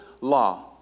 law